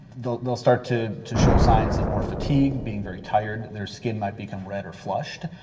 they'll they'll start to to show signs of more fatigue, being very tired, their skin might become red or flushed,